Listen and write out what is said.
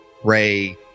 Ray